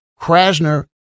Krasner